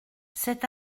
cet